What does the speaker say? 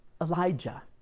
Elijah